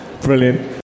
Brilliant